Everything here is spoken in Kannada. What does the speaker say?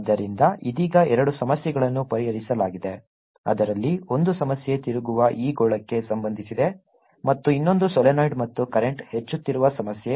ಆದ್ದರಿಂದ ಇದೀಗ ಎರಡು ಸಮಸ್ಯೆಗಳನ್ನು ಪರಿಹರಿಸಲಾಗಿದೆ ಅದರಲ್ಲಿ ಒಂದು ಸಮಸ್ಯೆ ತಿರುಗುವ ಈ ಗೋಳಕ್ಕೆ ಸಂಬಂಧಿಸಿದೆ ಮತ್ತು ಇನ್ನೊಂದು ಸೊಲೀನಾಯ್ಡ್ ಮತ್ತು ಕರೆಂಟ್ ಹೆಚ್ಚುತ್ತಿರುವ ಸಮಸ್ಯೆ